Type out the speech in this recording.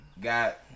got